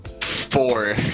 four